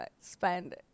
spend